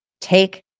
Take